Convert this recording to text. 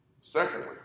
Secondly